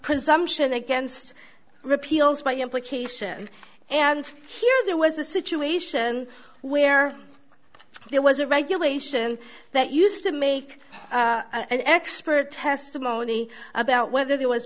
presumption against repeals by implication and here there was a situation where there was a regulation that used to make an expert testimony about whether there was